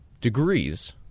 Degrees